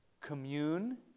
commune